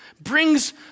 brings